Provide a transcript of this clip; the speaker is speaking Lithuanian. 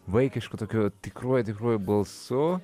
vaikišku tokiu tikruoju tikruoju balsu